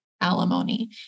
alimony